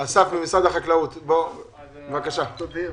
אסף ממשרד החקלאות, בבקשה תבהיר.